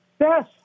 Yes